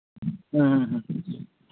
ᱦᱮᱸᱻ ᱦᱮᱸ